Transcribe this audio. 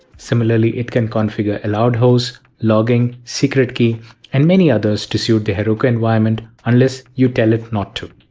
similarly, it can configure allowed hosts, logging, secret key and many others to suit the heroku environment, unless you tell it not to.